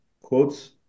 quotes